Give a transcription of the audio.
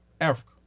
Africa